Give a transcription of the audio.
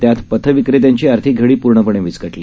त्यात पथविक्रेत्यांची आर्थिक घडी पूर्णपणे विस्कटली